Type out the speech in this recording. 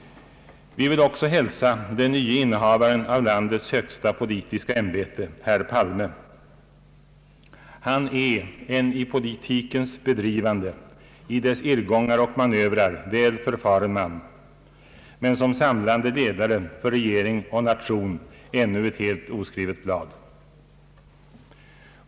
Vi vill också hälsa den nye innehavaren av landets högsta politiska ämbete, herr Palme. Han är en i politikens bedrivande, i dess irrgångar och manövrer väl förfaren man, men som samlande ledare för regering och nation ännu ett helt oskrivet blad.